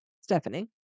stephanie